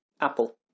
Apple